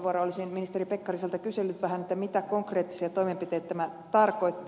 olisin ministeri pekkariselta kysellyt vähän mitä konkreettisia toimenpiteitä tämä tarkoittaa